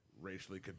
racially